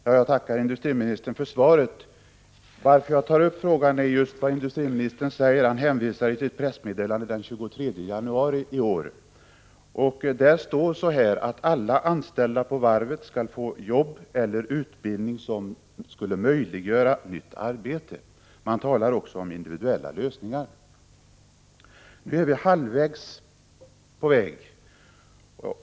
Herr talman! Jag tackar industriministern för svaret. Anledningen till att jag tar upp frågan är samma pressmeddelande den 23 januari i år som industriministern hänvisar till. Där står att alla anställda på varvet skall få jobb eller utbildning som skulle möjliggöra nytt arbete. Man talar också om individuella lösningar. Nu är vi halvvägs.